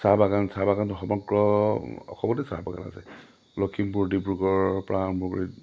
চাহ বাগান চাহ বাগানটো সমগ্ৰ অসমতে চাহ বাগান আছে লখিমপুৰ ডিব্ৰুগড়ৰৰপৰা আৰম্ভ কৰি